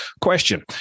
Question